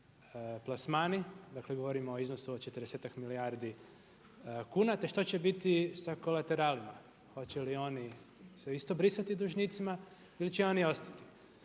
plasmani, dakle govorimo o iznosu o 40-ak milijardi kuna, te što će biti sa kolateralama, hoće li oni se isto brisati dužnicima ili će oni ostati?